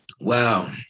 Wow